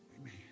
Amen